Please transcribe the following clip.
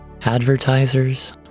advertisers